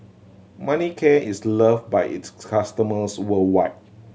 Manicare is loved by its customers worldwide